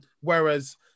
Whereas